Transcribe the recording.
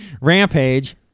Rampage